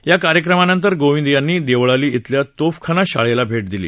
या कार्यक्रमानंतर कोविंद यांनी देवळाली इथल्या तोफखाना शाळेला भे दिली